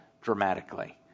dramatically